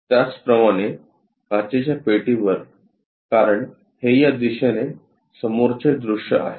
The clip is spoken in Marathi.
त्याचप्रमाणे काचेच्या पेटी वर कारण हे या दिशेने समोरचे दृश्य आहे